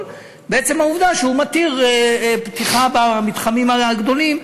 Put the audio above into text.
בעצם העובדה שהוא מתיר פתיחה במתחמים הגדולים,